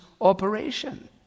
operation